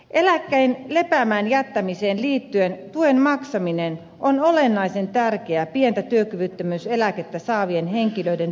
eläkkeen lepäämään jättämiseen liittyen tuen maksaminen on olennaisen tärkeää pientä työkyvyttömyyseläkettä saavien henkilöiden työllistymiseksi